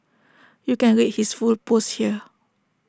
you can read his full post here